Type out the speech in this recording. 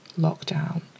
lockdown